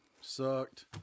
sucked